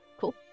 Cool